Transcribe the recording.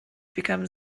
become